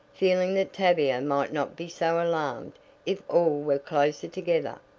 feeling that tavia might not be so alarmed if all were closer together.